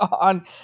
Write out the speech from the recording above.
on